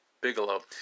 Bigelow